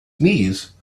knees